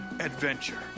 adventure